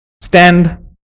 Stand